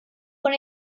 con